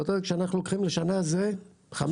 זאת אומרת לשנה זה 5,000?